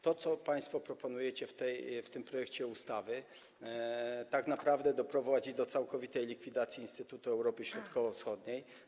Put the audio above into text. To co państwo proponujecie w tym projekcie ustawy, tak naprawdę doprowadzi do całkowitej likwidacji Instytutu Europy Środkowo-Wschodniej.